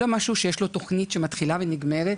זה לא משהו שיש לו תוכנית שמתחילה ונגמרת,